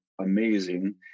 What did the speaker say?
amazing